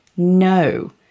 No